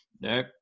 no